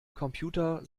computer